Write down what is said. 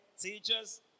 teachers